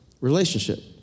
relationship